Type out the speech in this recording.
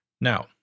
Now